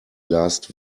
last